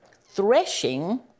Threshing